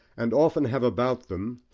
and often have about them,